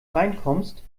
reinkommst